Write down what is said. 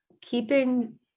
keeping